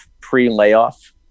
pre-layoff